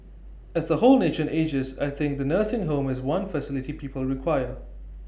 as the whole nation ages I think the nursing home is one facility people require